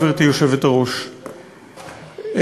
גברתי היושבת-ראש,